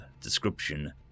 description